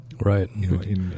right